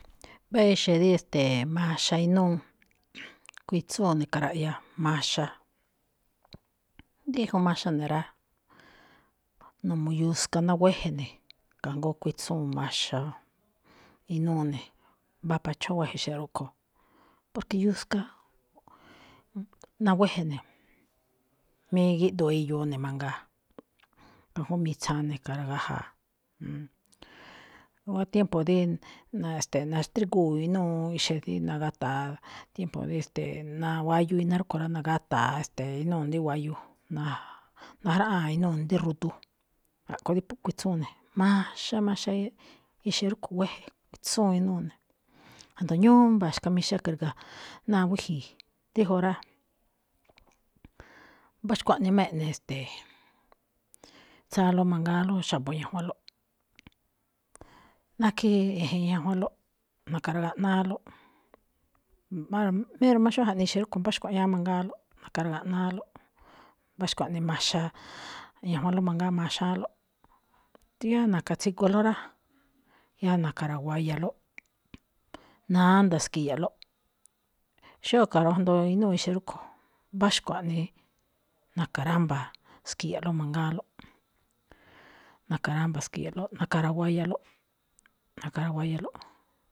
Mbá exe̱ rí, e̱ste̱e̱, maxa inúu, kuitsúun ni̱ka̱ra̱raꞌya, maxa. Díjun maxa̱ ne̱ rá, n uu yuska ná wéje̱ ne̱, kajngó kuitsúun maxa inúu ne̱, mbá pachóon wéje̱ exe̱ rúꞌkho̱, porque yuska, ná wéje̱ ne̱, mí gíꞌdoo iyoo ne̱ mangaa, kajngó mitsaan ni̱ka̱ragaja̱a̱. I̱wa̱á tiempo dí na- e̱ste̱e̱, nastrígúu inúu ixe dí na̱gata̱a tiempo dí, e̱ste̱e̱, nawayuu iná rúꞌkho̱ rá, na̱gata̱a, e̱ste̱e̱, inúu ne dí wayuu, na- najráꞌáan inúu ne̱ dí rudu, a̱ꞌkho̱ dí phú kuitsúun ne̱, maxa, maxa ixe rúꞌkho̱ wéje̱, kuitsúun inúu ne̱, ajndo ñúú mba̱a̱ xka̱mixa kri̱ga̱ náa wíji̱i̱. Dijun rá. Mbá xkuaꞌnii máꞌ eꞌne, e̱ste̱e̱, tsáánlóꞌ mangáánló xa̱bo̱ ñajwanlóꞌ. Nákhí e̱je̱n ñajwanlóꞌ na̱ka̱ragaꞌnáálóꞌ mbá-méro̱ má xóo jaꞌnii ixe̱ rúꞌkho̱, mbá xkuaꞌñáá mangáánlóꞌ, na̱ka̱ragaꞌnáálóꞌ, mbá xkuaꞌnii maxa ñajwanlóꞌ mangáán maxáánlóꞌ, ndóo yáá na̱ka̱ tsigualó rá, yáá na̱rawayalóꞌ, nánda̱a̱ ski̱ya̱ꞌlóꞌ, xóó ka̱rojndoo inúu ixe̱ rúꞌkho̱, mbá xkuaꞌnii na̱ka̱rámba̱ ski̱ya̱ꞌlóꞌ mangáánlóꞌ, na̱ka̱rámba̱ ski̱ya̱ꞌlóꞌ, na̱ka̱rawayalóꞌ, na̱ka̱rawayalóꞌ.